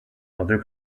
other